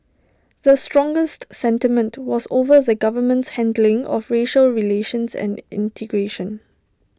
the strongest sentiment was over the government's handling of racial relations and integration